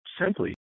simply